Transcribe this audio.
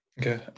Okay